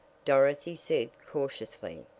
dorothy said cautiously.